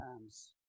times